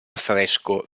affresco